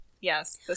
yes